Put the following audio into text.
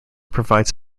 provides